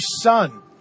son